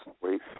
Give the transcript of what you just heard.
wait